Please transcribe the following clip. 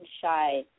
shy